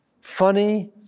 Funny